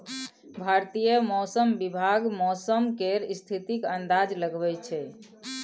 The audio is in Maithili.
भारतीय मौसम विभाग मौसम केर स्थितिक अंदाज लगबै छै